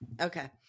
Okay